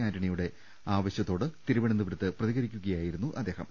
ആന്റണിയുടെ ആവശ്യത്തോട് തിരുവനന്തപുരത്ത് പ്രതികരി ക്കുകയായിരുന്നു അദ്ദേഹം